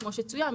כמו שצוין,